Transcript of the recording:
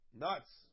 nuts